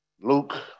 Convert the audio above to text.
Luke